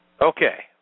Okay